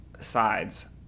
sides